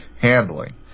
handling